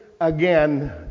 again